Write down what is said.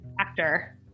actor